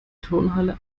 turnhalle